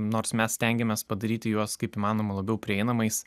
nors mes stengiamės padaryti juos kaip įmanoma labiau prieinamais